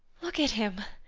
look at him!